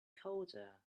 colder